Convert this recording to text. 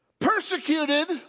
Persecuted